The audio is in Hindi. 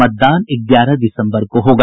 मतदान ग्यारह दिसम्बर को होगा